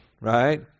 Right